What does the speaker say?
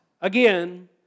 again